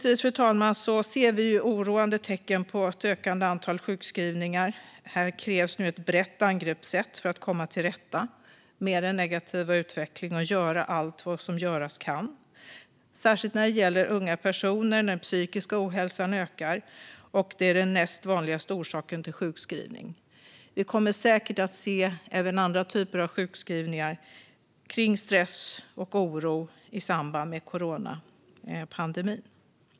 Avslutningsvis ser vi oroande tecken på ett ökande antal sjukskrivningar. Här krävs nu ett brett angreppssätt för att komma till rätta med den negativa utvecklingen och göra allt vad som göras kan, särskilt när det gäller unga personer, när den psykiska ohälsan ökar. Det är den näst vanligaste orsaken till sjukskrivning. Vi kommer säkert att se även andra typer av sjukskrivningar kring stress och oro i samband med coronapandemin.